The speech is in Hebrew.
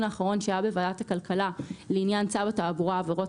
האחרון שהיה בוועדת הכלכלה לעניין צו התעבורה (עבירות